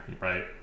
right